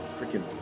Freaking